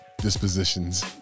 dispositions